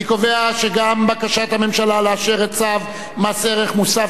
אני קובע שגם בקשת הממשלה לאשר את צו מס ערך מוסף